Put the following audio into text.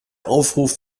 aufruf